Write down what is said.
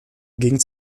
ging